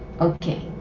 okay